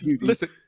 listen